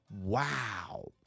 wow